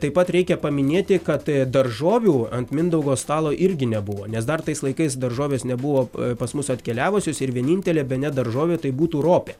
taip pat reikia paminėti kad daržovių ant mindaugo stalo irgi nebuvo nes dar tais laikais daržovės nebuvo pas mus atkeliavusios ir vienintelė bene daržovė tai būtų ropė